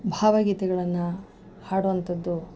ಭಾವಗೀತೆಗಳನ್ನ ಹಾಡುವಂಥದ್ದು